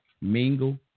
Mingle